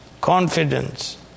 confidence